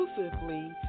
exclusively